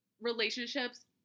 relationships